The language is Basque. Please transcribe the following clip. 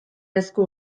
esku